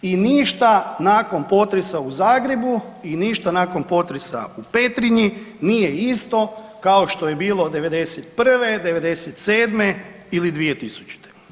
I ništa nakon potresa u Zagrebu i ništa nakon potresa u Petrinji nije isto kao što je bilo 91., 97. ili 2000.